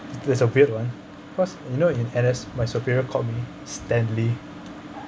there's a weird one cause you know in N_S my superior called me stanley